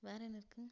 வேறு என்ன இருக்குது